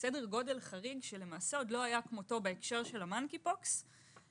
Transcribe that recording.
שלא היה כמותו בהקשר של אבעבועות הקוף.